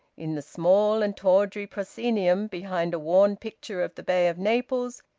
in the small and tawdry proscenium, behind a worn picture of the bay of naples,